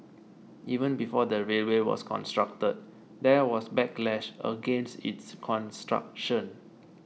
even before the railway was constructed there was backlash against its construction